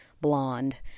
blonde